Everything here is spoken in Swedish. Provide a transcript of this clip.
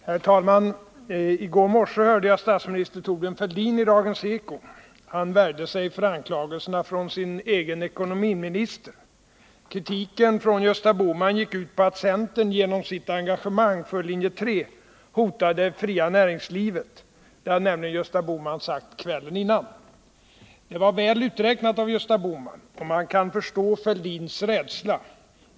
Herr talman! I går morse hörde jag statsminister Thorbjörn Fälldin i Dagens Eko. Han värjde sig för anklagelserna från sin egen ekonomiminister. Kritiken från Gösta Bohman gick ut på att centern genom sitt engagemang för linje 3 hotade det fria näringslivet. Det hade nämligen Gösta Bohman sagt kvällen innan. Det var väl uträknat av Gösta Bohman, och man kan förstå Thorbjörn Fälldins rädsla.